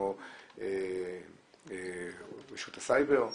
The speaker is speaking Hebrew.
כמו רשות הסייבר,